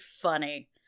funny